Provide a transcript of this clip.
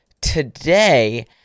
today